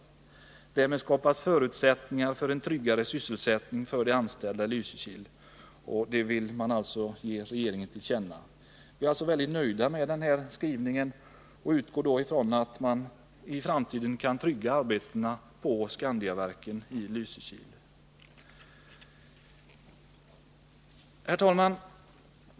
Därmed skapas förutsättningar för en tryggare sysselsättning för de anställda i Lysekil. Utskottet föreslår att riksdagen gör ett uttalande av denna innebörd.” Vi är alltså nöjda med den här skrivningen och utgår ifrån att man i framtiden skall kunna trygga arbetena på Skandiaverken i Lysekil. Herr talman!